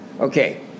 Okay